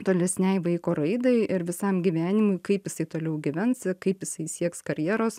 tolesnei vaiko raidai ir visam gyvenimui kaip jisai toliau gyvens kaip jisai sieks karjeros